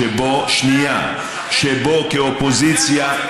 שבו כאופוזיציה.